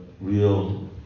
real